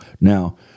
Now